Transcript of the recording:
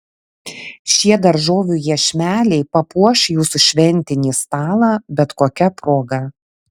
šie daržovių iešmeliai papuoš jūsų šventinį stalą bet kokia proga